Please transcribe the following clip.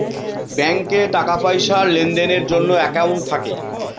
ব্যাঙ্কে টাকা পয়সার লেনদেনের জন্য একাউন্ট থাকে